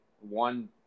one